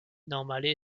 normale